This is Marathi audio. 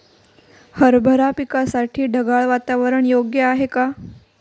हरभरा पिकासाठी ढगाळ वातावरण योग्य आहे का?